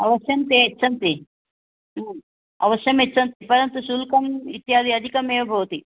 अवश्यं ते यच्छन्ति अवश्यम् यच्छन्ति परन्तु शुल्कम् इत्यादि अधिकमेव भवति